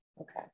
Okay